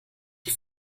die